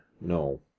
No